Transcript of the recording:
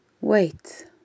Wait